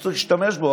צריך להשתמש בו,